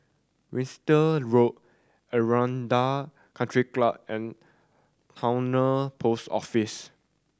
Winstedt Road Aranda Country Club and Towner Post Office